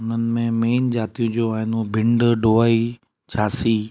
हुननि में मेन जातियूं जो आहिनि भिंड डोई झांसी